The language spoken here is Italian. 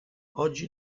oggi